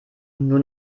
nur